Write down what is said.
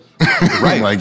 Right